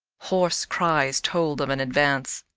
hoarse cries told of an advance.